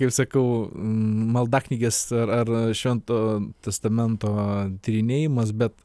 kaip sakau maldaknygės ar ar švento testamento tyrinėjimas bet